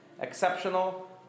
exceptional